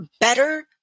better